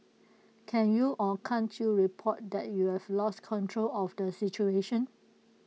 can you or can't you report that you've lost control of the situation